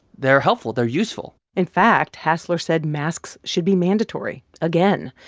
they're helpful. they're useful in fact, hassler said masks should be mandatory again,